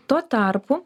tuo tarpu